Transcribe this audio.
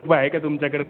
आहे का तुमच्याकडे